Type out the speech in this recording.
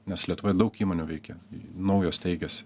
nes lietuvoj daug įmonių veikia naujos steigiasi